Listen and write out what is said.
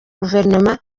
guverinoma